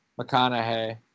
McConaughey